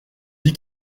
dis